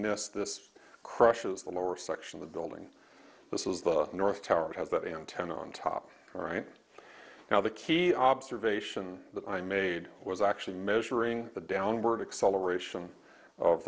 miss this crushes the lower section the building this is the north tower it has that antenna on top right now the key observation that i made was actually measuring the downward acceleration of